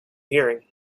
hearing